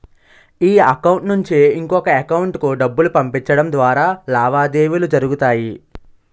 ఈ అకౌంట్ నుంచి ఇంకొక ఎకౌంటుకు డబ్బులు పంపించడం ద్వారా లావాదేవీలు జరుగుతాయి